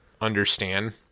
understand